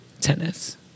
Tennis